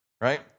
right